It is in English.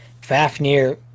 Fafnir